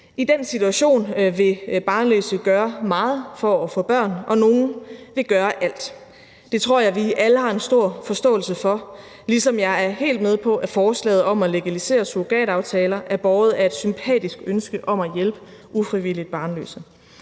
I den situation vil barnløse gøre meget for at få børn, og nogle vil gøre alt. Det tror jeg at vi alle har en stor forståelse for, ligesom jeg er helt med på, at forslaget om at legalisere surrogataftaler er båret af et sympatisk ønske om at hjælpe ufrivilligt barnløse.